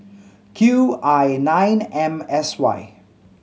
Q I nine M S Y